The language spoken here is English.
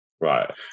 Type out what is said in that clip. Right